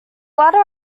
latter